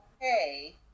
okay